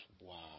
wow